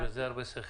יש בזה הרבה שכל.